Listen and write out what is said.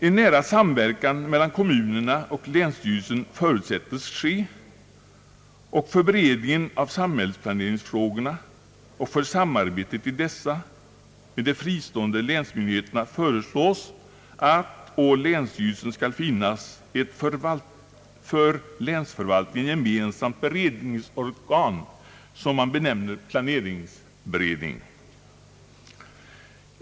En nära samverkan mellan kommunerna och länsstyrelserna förutsättes ske för beredningen av samhällsplaneringsfrågorna, och för samarbetet i dessa med de fristående länsmyndigheterna föreslås att å länsstyrelsen skall finnas ett för länsförvaltningen gemensamt beredningsorgan som man benämner planeringsberedningen.